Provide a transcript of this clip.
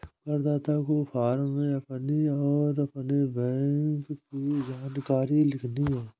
करदाता को फॉर्म में अपनी और अपने बैंक की जानकारी लिखनी है